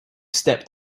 stepped